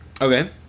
Okay